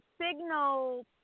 signal